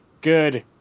good